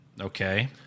Okay